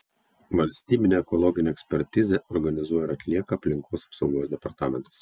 valstybinę ekologinę ekspertizę organizuoja ir atlieka aplinkos apsaugos departamentas